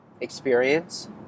experience